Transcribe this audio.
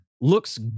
looks